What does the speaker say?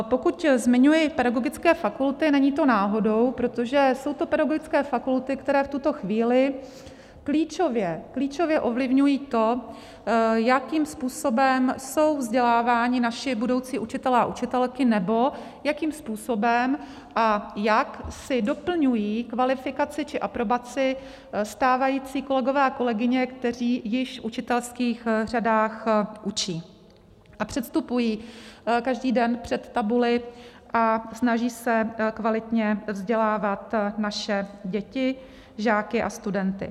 Pokud zmiňuji pedagogické fakulty, není to náhodou, protože jsou to pedagogické fakulty, které v tuto chvíli klíčově ovlivňují to, jakým způsobem jsou vzděláváni naši budoucí učitelé a učitelky nebo jakým způsobem a jak si doplňují kvalifikaci či aprobaci stávající kolegové a kolegyně, kteří již v učitelských řadách učí a předstupují každý den před tabuli a snaží se kvalitně vzdělávat naše děti, žáky a studenty.